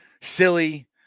silly